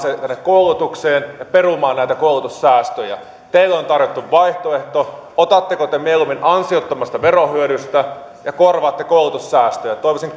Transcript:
koulutukseen ja perumaan näitä koulutussäästöjä teille on tarjottu vaihtoehto otatteko te mieluummin ansiottomasta verohyödystä ja korvaatte koulutussäästöjä toivoisin